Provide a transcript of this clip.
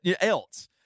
else